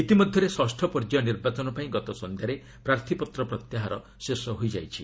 ଇତିମଧ୍ୟରେ ଷଷ୍ଠ ପର୍ଯ୍ୟାୟ ନିର୍ବାଚନ ପାଇଁ ଗତ ସନ୍ଧ୍ୟାରେ ପ୍ରାର୍ଥୀପତ୍ର ପ୍ରତ୍ୟାହାର ଶେଷ ହୋଇଯାଇଛି